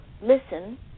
listen